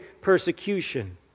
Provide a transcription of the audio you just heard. persecution